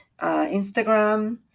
Instagram